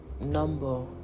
number